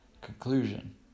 conclusion